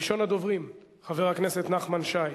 ראשון הדוברים, חבר הכנסת נחמן שי,